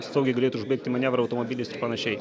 saugiai galėtų užbaigti manevrą automobilis ir panašiai